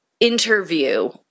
interview